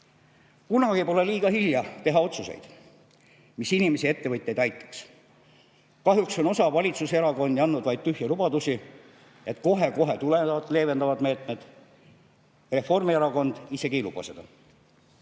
Kunagi pole liiga hilja teha otsuseid, mis inimesi ja ettevõtjaid aitaksid. Kahjuks on osa valitsuserakondi andnud vaid tühje lubadusi, et kohe-kohe tulevad leevendavad meetmed. Reformierakond isegi ei luba seda.